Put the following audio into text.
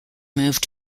moved